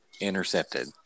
intercepted